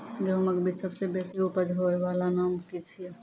गेहूँमक बीज सबसे बेसी उपज होय वालाक नाम की छियै?